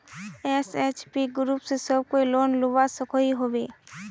SHG group से सब कोई लोन लुबा सकोहो होबे?